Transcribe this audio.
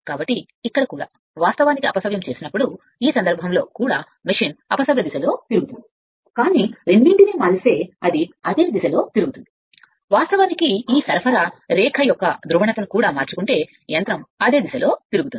కాబట్టి ఇక్కడ కూడా వాస్తవానికి అపసవ్యం అయినప్పుడు ఈ సందర్భంలో కూడా మెషీన్ అపసవ్య దిశలో తిరుగుతుంది కానీ వాస్తవానికి రెండింటినీ చేస్తే అది అదే దిశలో తిరుగుతుంది వాస్తవానికి ఈ సరఫరా రేఖ యొక్క ధ్రువణతను కూడా మార్చుకుంటే యంత్రం ఒకే దిశలో తిరుగుతుంది